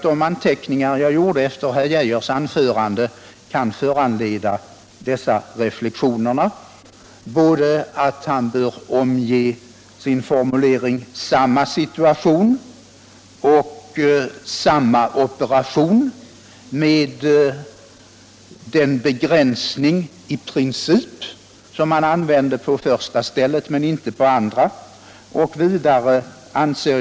De anteckningar som jag gjorde efter herr Geijers anförande kan föranleda dessa reflexioner. Jag menar att han borde ha omgett sin formulering ”samma situation” och ”samma operation” med den begränsning ”i princip” som han använde på första stället men inte på det andra.